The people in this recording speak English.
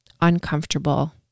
uncomfortable